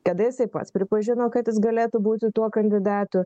tada jisai pats pripažino kad jis galėtų būti tuo kandidatu